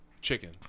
chicken